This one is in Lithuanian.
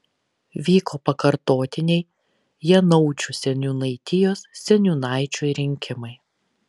vyko pakartotiniai janaučių seniūnaitijos seniūnaičio rinkimai